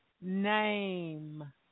name